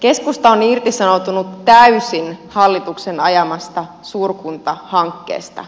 keskusta on irtisanoutunut täysin hallituksen ajamasta suurkuntahankkeesta